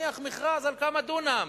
נניח מכרז על כמה דונם.